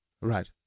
right